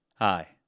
Hi